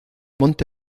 monte